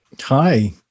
Hi